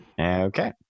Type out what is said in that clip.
Okay